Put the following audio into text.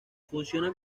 funciona